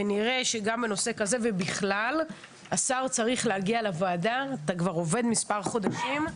ונראה שבנושא כזה ובגל שהשר כבר עובד מספר חודשים,